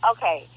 Okay